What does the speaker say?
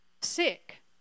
sick